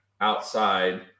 outside